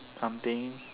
something